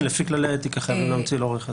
לפי כללי האתיקה חייבים להמציא לעורך הדין.